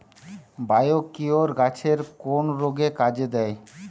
Biocure গাছের কোন রোগে কাজেদেয়?